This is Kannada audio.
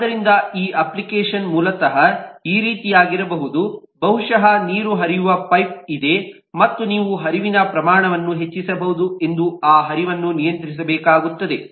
ಆದ್ದರಿಂದ ಈ ಅಪ್ಲಿಕೇಶನ್ ಮೂಲತಃ ಈ ರೀತಿಯಾಗಿರಬಹುದು ಬಹುಶಃ ನೀರು ಹರಿಯುವ ಪೈಪ್ ಇದೆ ಮತ್ತು ನೀವು ಹರಿವಿನ ಪ್ರಮಾಣವನ್ನು ಹೆಚ್ಚಿಸಬಹುದು ಎಂದು ಆ ಹರಿವನ್ನು ನಿಯಂತ್ರಿಸಬೇಕಾಗುತ್ತದೆ